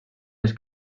les